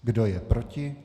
Kdo je proti?